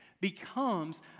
becomes